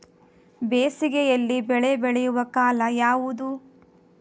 ಬೇಸಿಗೆ ಯಲ್ಲಿ ಬೆಳೆ ಬೆಳೆಯುವ ಕಾಲ ಯಾವುದು?